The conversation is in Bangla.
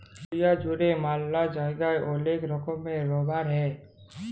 দুলিয়া জুড়ে ম্যালা জায়গায় ওলেক রকমের রাবার হ্যয়